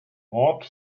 ort